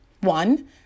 one